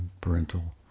parental